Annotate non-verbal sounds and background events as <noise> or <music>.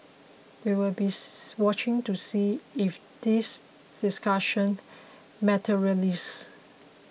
we'll be <unintelligible> watching to see if this discussion materialises